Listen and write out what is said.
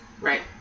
Right